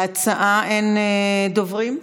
להצעה אין דוברים?